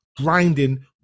grinding